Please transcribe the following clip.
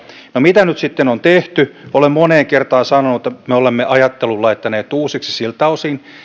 no mitä nyt sitten on tehty olen moneen kertaan sanonut että me olemme ajattelun laittaneet uusiksi siltä osin